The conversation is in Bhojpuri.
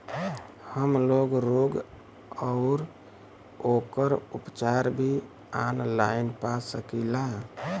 हमलोग रोग अउर ओकर उपचार भी ऑनलाइन पा सकीला?